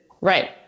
Right